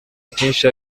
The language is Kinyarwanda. byinshi